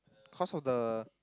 cause of the